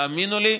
תאמינו לי,